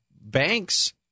banks